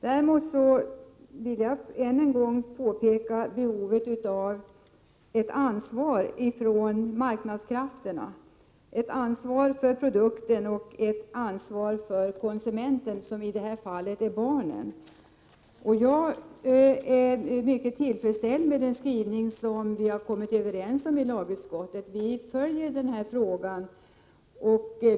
Jag vill emellertid än en gång peka på behovet av att marknadskrafterna tar ett ansvar — ett ansvar för produkten och ett ansvar för konsumenterna, som i det här fallet är barnen. Jag är mycket tillfredsställd med den skrivning som vi har kommit överens om i lagutskottet. Vi följer den här frågan.